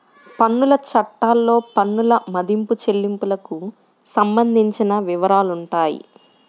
పన్నుల చట్టాల్లో పన్నుల మదింపు, చెల్లింపులకు సంబంధించిన వివరాలుంటాయి